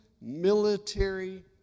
military